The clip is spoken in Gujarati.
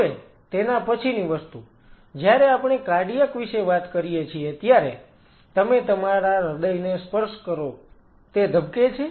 હવે તેના પછીની વસ્તુ જ્યારે આપણે કાર્ડિયાક વિશે વાત કરીએ છીએ ત્યારે તમે તમારા હૃદયને સ્પર્શ કરો તે ધબકે છે